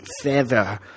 feather